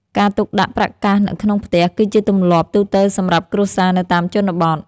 ការទុកដាក់ប្រាក់កាសនៅក្នុងផ្ទះ គឺជាទម្លាប់ទូទៅសម្រាប់គ្រួសារនៅតាមជនបទ។